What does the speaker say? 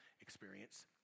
experience